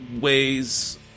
ways